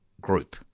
group